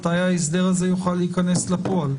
מתי ההסדר הזה יוכל להיכנס לפועל.